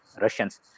Russians